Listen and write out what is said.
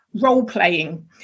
role-playing